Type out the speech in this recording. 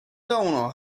going